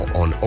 on